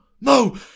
no